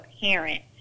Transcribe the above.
parent